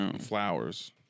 Flowers